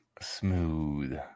smooth